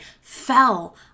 fell